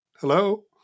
Hello